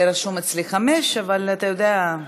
רשום אצלי חמש, אבל אתה יודע,